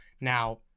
Now